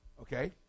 Okay